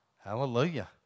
Hallelujah